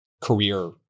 career